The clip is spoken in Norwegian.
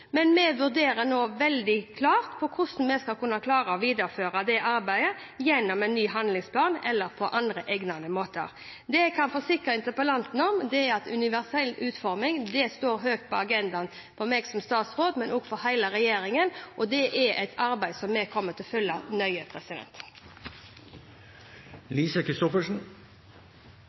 men vi vurderer nå hvordan vi skal klare å videreføre det arbeidet gjennom en ny handlingsplan eller på andre egnede måter. Det jeg kan forsikre interpellanten om, er at universell utforming står høyt på agendaen for meg som statsråd, men også for hele regjeringen. Det er et arbeid som vi kommer til å følge nøye.